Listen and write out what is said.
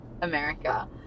America